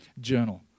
journal